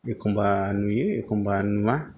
एखमब्ला नुयो एखमब्ला नुवा